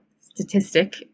statistic